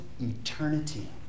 eternity